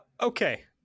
Okay